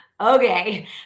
Okay